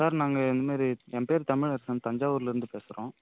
sir நாங்கள் இந்தமாரி ஏ பேர் தமிழரசன் தஞ்சாவூர்லேருந்து பேசுகிறோம்